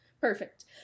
Perfect